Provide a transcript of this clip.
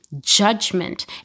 judgment